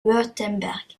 wurtemberg